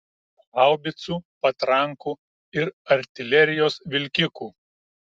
haubicų patrankų ir artilerijos vilkikų